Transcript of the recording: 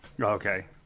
Okay